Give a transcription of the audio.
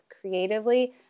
creatively